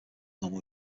normal